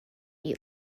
eat